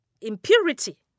impurity